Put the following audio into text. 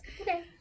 Okay